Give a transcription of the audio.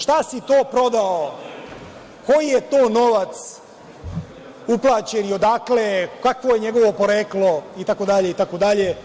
Šta si to prodao, koji je to novac uplaćen i odakle, kakvo je njegovo poreklo itd. itd?